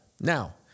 Now